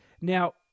Now